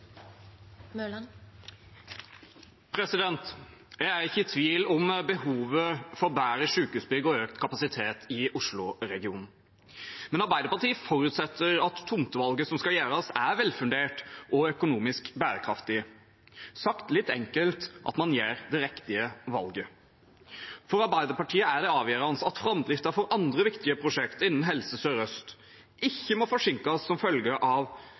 velfundert og økonomisk bærekraftig. Sagt litt enkelt: at man gjør det riktige valget. For Arbeiderpartiet er det avgjørende at framdriften for andre viktige prosjekt innen Helse Sør-Øst ikke må forsinkes som følge av